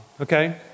okay